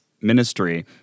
ministry